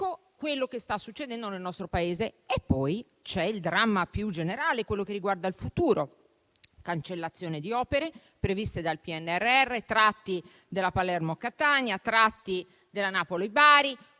Ecco quello che sta succedendo nel nostro Paese. C'è poi il dramma più generale, quello che riguarda il futuro: cancellazione di opere previste dal PNRR (tratti della Palermo-Catania, tratti della Napoli-Bari,